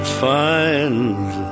find